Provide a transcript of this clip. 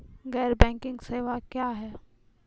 गैर बैंकिंग सेवा क्या हैं?